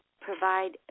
provide